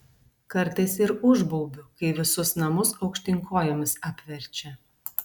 kartais ir užbaubiu kai visus namus aukštyn kojomis apverčia